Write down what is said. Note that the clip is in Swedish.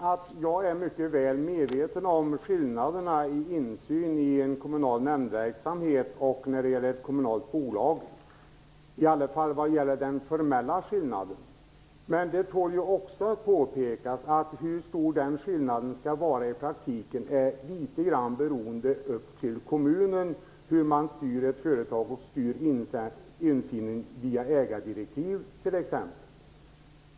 Fru talman! Jag är mycket väl medveten om skillnaderna mellan insyn i en kommunal nämndverksamhet och i ett kommunalt bolag, i alla fall den formella skillnaden. Men det tål också att påpekas att hur stor skillnaden i praktiken skall vara litet grand beror på hur kommunen styr ett företag och insynen via ägardirektiv t.ex.